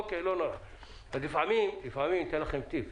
אני אתן לכם טיפ: